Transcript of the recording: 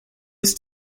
ist